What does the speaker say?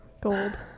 gold